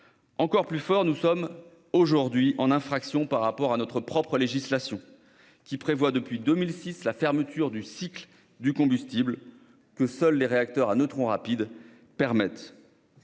filière. Pis, nous sommes aujourd'hui en infraction par rapport à notre propre législation, qui prévoit depuis 2006 la fermeture du cycle du combustible, que seuls les réacteurs à neutrons rapides permettent.